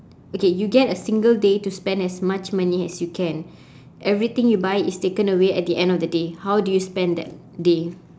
okay you get a single day to spend as much money as you can everything you buy is taken away at the end of the day how do you spend that day